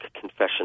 confession